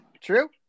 true